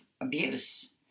abuse